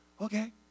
okay